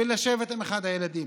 ולשבת עם אחד הילדים.